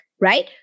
right